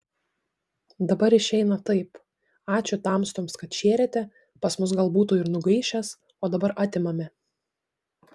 dabar išeina taip ačiū tamstoms kad šėrėte pas mus gal būtų ir nugaišęs o dabar atimame